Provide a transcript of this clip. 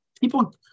People